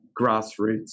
grassroots